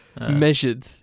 measured